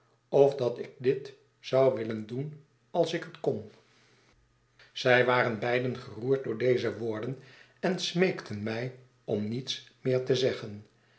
of dat ik dit zou willen doen als ik het kon zij waren beiden geroerd door deze woorden en smeekten mij om niets meer te zeggen